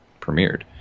premiered